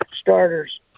starters